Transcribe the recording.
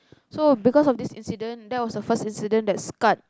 so because of this incident that was the first incident that scarred